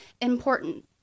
important